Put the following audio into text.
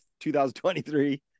2023